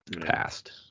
passed